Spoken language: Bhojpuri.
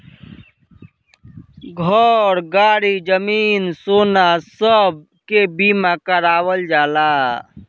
घर, गाड़ी, जमीन, सोना सब के बीमा करावल जाला